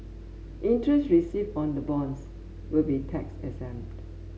interest received on the bonds will be tax exempt